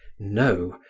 no,